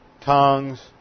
Tongues